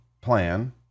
plan